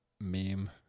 meme